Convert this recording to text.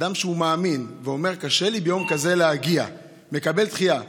אדם שהוא מאמין ואומר: קשה לי ביום כזה להגיע מבקש לקבל דחייה,